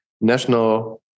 national